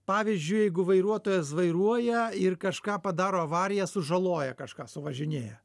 pavyzdžiui jeigu vairuotojas vairuoja ir kažką padaro avariją sužaloja kažką suvažinėja